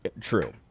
true